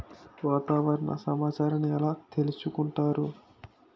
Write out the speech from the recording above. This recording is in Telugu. వాతావరణ సమాచారాన్ని ఎలా తెలుసుకుంటారు?